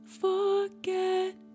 forget